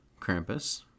Krampus